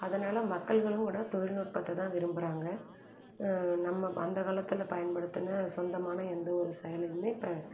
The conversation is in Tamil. அதனால் மக்கள்களும் கூட தொழில்நுட்பத்தை தான் விரும்புகிறாங்க நம்ம அந்த காலத்தில் பயன்படுத்தின சொந்தமான எந்தவொரு செயலுமே இப்போ